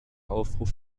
aufruf